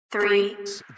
Three